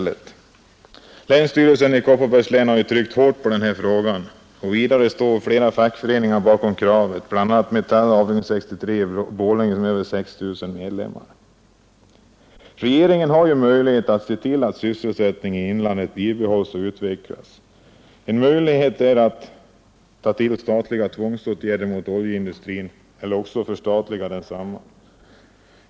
Länsstyrelsen i Kopparbergs län har tryckt hårt på denna fråga. Vidare står flera fackföreningar bakom kravet, bl.a. Metalls avd. 63 i Borlänge som har över 6 000 medlemmar. Regeringen har ju möjligheter att se till att sysselsättningen i inlandet bibehålls och utvecklas. En möjlighet är att tillgripa statliga tvångsåtgärder mot oljeindustrin eller att förstatliga densamma.